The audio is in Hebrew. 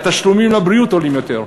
התשלומים לבריאות עולים יותר,